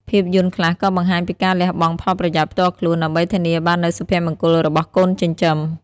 ភាពយន្តខ្លះក៏បង្ហាញពីការលះបង់ផលប្រយោជន៍ផ្ទាល់ខ្លួន ដើម្បីធានាបាននូវសុភមង្គលរបស់កូនចិញ្ចឹម។